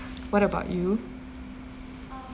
what about you